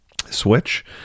Switch